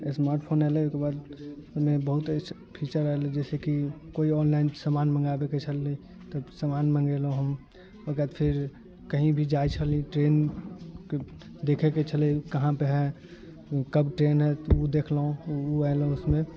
smart phone अयलै ओहिके बाद ओहिमे बहुत अइसन फीचर अयलै जैसेकि कोइ ऑनलाइन समान मंगाबैके छलै तब समान मंगेलहुँ हम ओकर बाद फेर कही भी जाय छली ट्रेन देखैके छलै कहाँ पे हइ कब ट्रेन आयत ओ देखलहुँ ओ अयलै ओहिमे